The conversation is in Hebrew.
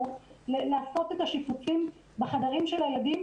לעשות את השיפוצים בחדרים של הילדים,